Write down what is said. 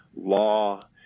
law